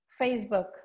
Facebook